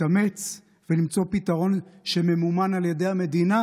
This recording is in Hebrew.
יש כן סיבה להתאמץ ולמצוא פתרון שממומן על ידי המדינה